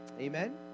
Amen